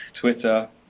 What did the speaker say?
Twitter